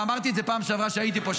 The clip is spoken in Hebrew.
ואמרתי את זה בפעם שעבר שהייתי פה,